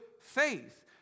faith